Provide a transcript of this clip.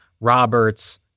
Roberts